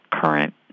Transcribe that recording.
current